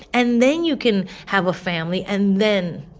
and then you can have a family and then,